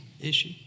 issue